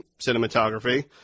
cinematography